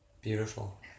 Beautiful